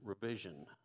Revision